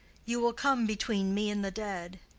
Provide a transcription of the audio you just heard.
you will come between me and the dead.